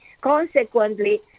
consequently